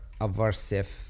aversive